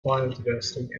biodiversity